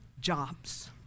jobs